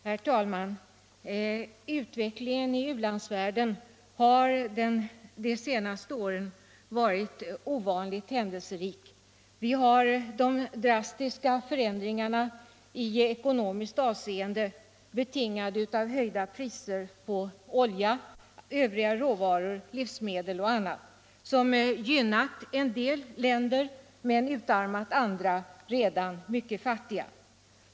Herr talman! Utvecklingen i u-landsvärlden har under de senaste åren varit ovanligt händelserik. Vi har de drastiska förändringarna i ekonomiskt avseende betingade av höjda priser på olja, övriga råvaror, livsmedel och annat, som gynnat en del länder men utarmat andra, redan mycket fattiga.